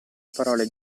parole